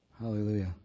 Hallelujah